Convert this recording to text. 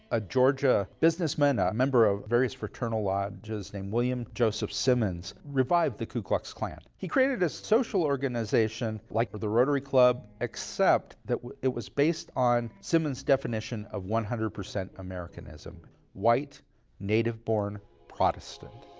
a georgia businessman, a member of various fraternal lodges, named william joseph simmons revived the ku klux klan. he created a social organization like but the rotary club, except that it was based on simmons' definition of one hundred percent americanism white native-born protestant.